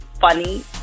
funny